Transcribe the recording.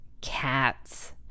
cats